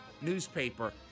newspaper